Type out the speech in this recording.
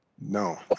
No